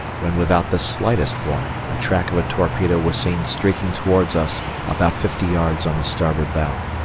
when without the slightest warning the track of a torpedo was seen streaking towards us about fifty yards on the starboard bow.